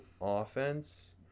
offense